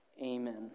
amen